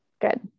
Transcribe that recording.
Good